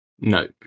No